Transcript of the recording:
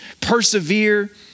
persevere